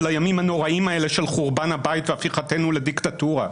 הימים הנוראים האלה של חורבן הבית והפיכתנו לדיקטטורה.